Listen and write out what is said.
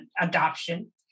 adoption